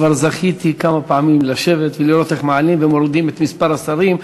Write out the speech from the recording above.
כבר זכיתי כמה פעמים לשבת ולראות איך מעלים ומורידים את מספר השרים,